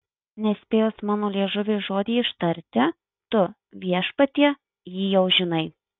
nespėjus mano liežuviui žodį ištarti tu viešpatie jį jau žinai